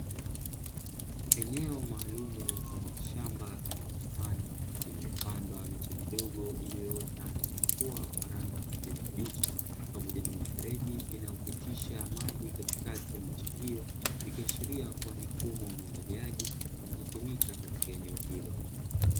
Eneo maalumu mfano wa shamba ama bustani, lililopandwa miche midogo iliyoota na kuchipua kwa rangi ya kijani kibichi, pamoja na mifereji inayopitisha maji katikati ya miche hiyo, ikiashiria ni mfumo wa umwagiliaji unaotumika katika eneo hilo.